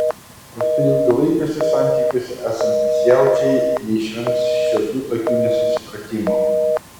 o štai ilgalaikiuose santykiuose esantys jaučiai neišvengs šiokių tokių nesusipratimų